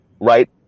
right